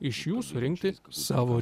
iš jų surinkti savo